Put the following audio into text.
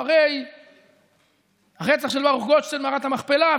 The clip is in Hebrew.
אחרי הרצח שעשה ברוך גולדשטיין במערכת המכפלה,